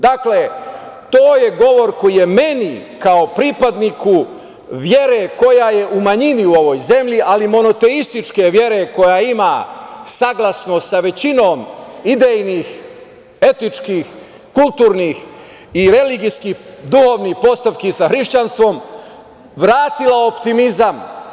Dakle, to je govor koji je meni, kao pripadniku vere koja je u manjini u ovoj zemlji, ali monoteističke vere koja ima saglasnost sa većinom idejnih etičkih, kulturnih i religijski duhovnih postavki sa hrišćanstvom, vratio optimizam.